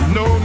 no